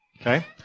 Okay